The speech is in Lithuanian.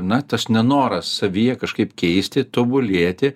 na tas nenoras savyje kažkaip keisti tobulėti